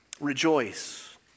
Rejoice